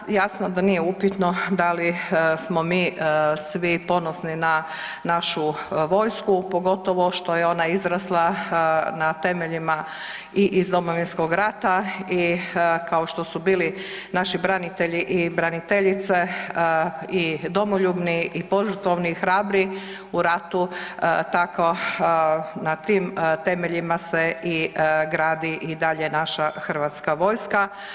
Nas, jasno da nije upitno da li smo mi svi ponosni na našu vojsku pogotovo što je ona izrasla na temeljima i iz Domovinskog rata i kao što su bili naši branitelji i braniteljice i domoljubni i požrtvovni i hrabri u ratu, tako na tim temeljima se gradi i dalje naša Hrvatska vojska.